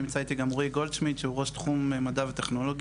נמצא איתי גם רועי גולומשט שהוא ראש תחום מדע וטכנולוגיה,